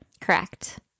Correct